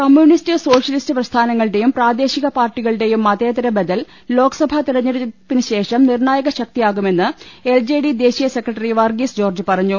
communist socialist പ്രസ്ഥാനങ്ങളുടെയും പ്രാദേശിക പാർട്ടികളുടെയും മതേതര ബദൽ ലോക്സഭാ തെരഞ്ഞെടുപ്പി നുശേഷം നിർണ്ണായക ശക്തിയാകുമെന്ന് എൽ ജെ ഡി ദേശീയ സെക്രട്ടറി വർഗീസ് ജോർജ്ജ് പറഞ്ഞു